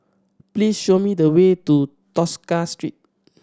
please show me the way to Tosca Street